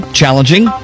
challenging